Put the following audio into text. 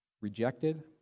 rejected